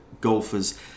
golfers